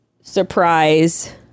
surprise